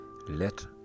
Let